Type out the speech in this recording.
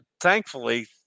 thankfully